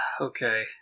okay